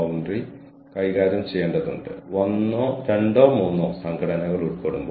ഉദാഹരണത്തിന് ഈ പ്രോഗ്രാമിലെ പ്രാരംഭ പ്രഭാഷണങ്ങൾ ഓരോ മണിക്കൂർ വീതം ആയിരുന്നു